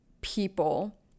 people